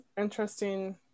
Interesting